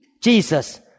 Jesus